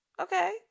Okay